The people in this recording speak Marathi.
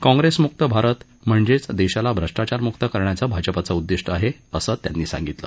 काँग्रेसमुक्त भारत म्हणजेच देशाला भ्रष्टाचारमुक्त करण्याचं भाजपाचं उद्दिष्ट आहे असं त्यांनी सांगितलं